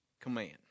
command